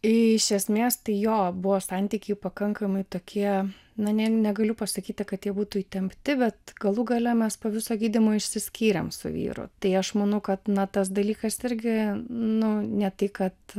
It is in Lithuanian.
iš esmės tai jo buvo santykiai pakankamai tokie na negaliu pasakyti kad jie būtų įtempti bet galų gale mes po viso gydymo išsiskyrėm su vyru tai aš manau kad na tas dalykas irgi nu ne tai kad